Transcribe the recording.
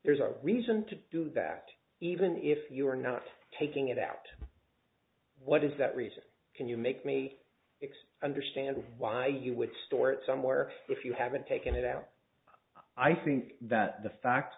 there's a reason to do that even if you're not taking it out what is that reason can you make me it's understandable why you would store it somewhere if you haven't taken it out i think that the